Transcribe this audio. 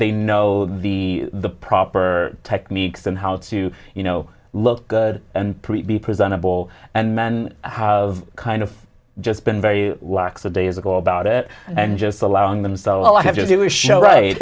they know the the proper techniques and how to you know look good and three be presentable and men have kind of just been very lax of days ago about it and just allowing them so i have to do is show right